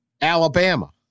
Alabama